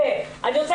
אני רוצה